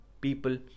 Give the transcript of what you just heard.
people